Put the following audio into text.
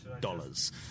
dollars